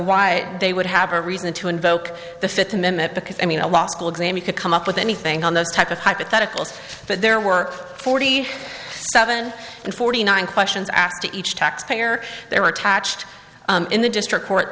why they would have a reason to invoke the fifth amendment because i mean a law school exam could come up with anything on those type of hypotheticals but there were forty seven and forty nine questions asked to each taxpayer they were attached in the district court